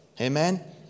Amen